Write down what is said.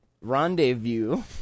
rendezvous